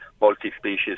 multi-species